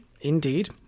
indeed